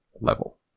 level